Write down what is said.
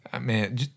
Man